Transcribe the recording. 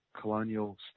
colonial